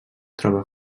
troba